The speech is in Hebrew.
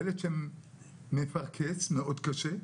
ילד שמפרכס מאוד קשה,